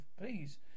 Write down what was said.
Please